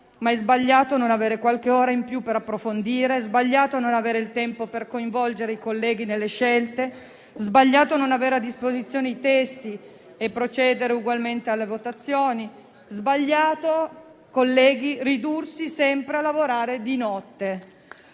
ma è sbagliato non avere qualche ora in più per approfondire e non avere il tempo per coinvolgere i colleghi nelle scelte. È sbagliato non avere a disposizione i testi e procedere ugualmente alle votazioni. È sbagliato, colleghi, ridursi sempre a lavorare di notte.